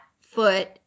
foot